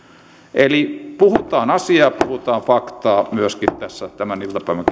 eli puhutaan asiaa puhutaan faktaa myöskin tässä tämän iltapäivän